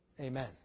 Amen